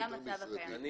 זה המצב הקיים.